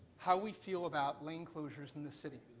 how we feel about lane closures in this city.